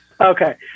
Okay